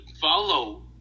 follow